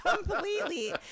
Completely